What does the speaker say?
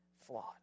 flawed